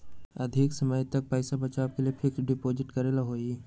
अधिक समय तक पईसा बचाव के लिए फिक्स डिपॉजिट करेला होयई?